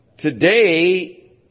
Today